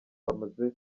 bamaze